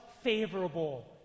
favorable